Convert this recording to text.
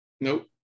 nope